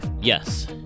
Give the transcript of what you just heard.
Yes